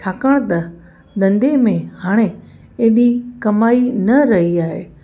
छाकणि त धंधे में हाणे एॾी कमाई न रही आहे